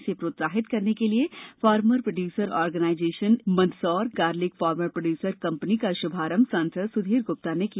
इसे प्रोत्साहित करने के लिए farmer producer organisation Mandsaur garlic farmer producer company का शुभारंभ सांसद सुधीर गुप्ता ने किया